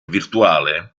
virtuale